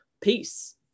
Peace